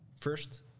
first